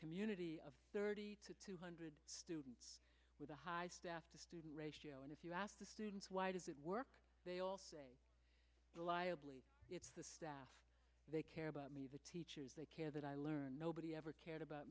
community of thirty to two hundred students with a high staff to student ratio and if you ask the students why does it work they all say reliably it's the staff they care about me the teachers they care that i learned nobody ever cared about